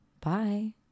bye